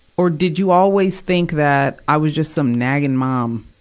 or did you always think that i was just some nagging mom.